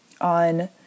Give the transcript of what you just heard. on